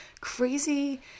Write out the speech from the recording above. crazy